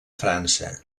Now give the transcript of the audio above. frança